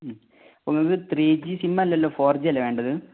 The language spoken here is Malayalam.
അപ്പം നിങ്ങൾക്ക് ത്രീ ജി സിം അല്ലല്ലോ ഫോർ ജി അല്ലേ വേണ്ടത്